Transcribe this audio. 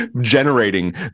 generating